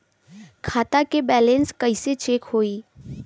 खता के बैलेंस कइसे चेक होई?